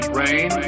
rain